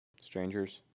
strangers